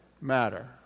matter